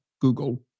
Google